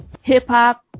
hip-hop